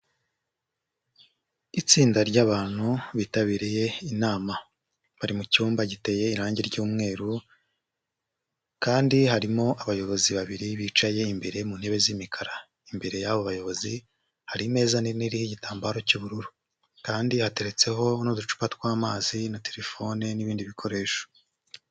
Itsinda ry'abantu bitabiriye inama bari mu cyumba giteye irange ry'umweru kandi harimo abayobozi babiri bicaye imbere mu ntebe z'imikara, imbere y'abo bayobozi hari imeza nini iriho igitambaro cy'ubururu kandi hateretseho n'uducupa tw'amazi na telefone n'ibindi bikoresho.